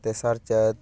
ᱛᱮᱥᱟᱨ ᱪᱟᱹᱛ